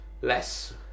less